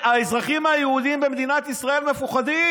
האזרחים היהודים במדינת ישראל מפוחדים.